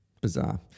Bizarre